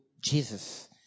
Jesus